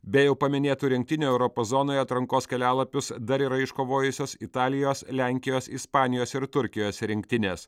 be jau paminėtų rinktinių europos zonoje atrankos kelialapius dar yra iškovojusios italijos lenkijos ispanijos ir turkijos rinktinės